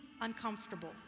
uncomfortable